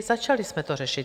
Začali jsme to řešit.